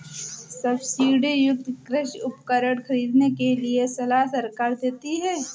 subsidy युक्त कृषि उपकरण खरीदने के लिए सलाह सरकार देती है